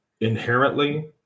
inherently